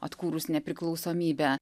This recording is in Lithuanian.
atkūrus nepriklausomybę